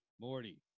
Morty